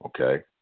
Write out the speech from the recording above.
Okay